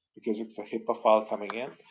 because it's a hipaa file coming in,